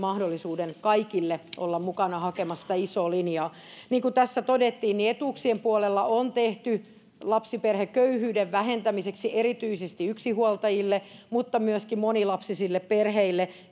meille kaikille mahdollisuuden olla mukana hakemassa sitä isoa linjaa niin kuin tässä todettiin etuuksien puolella on lapsiperheköyhyyden vähentämiseksi tehty etuuksien nostoja erityisesti yksinhuoltajille mutta myöskin monilapsisille perheille